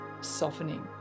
softening